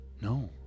No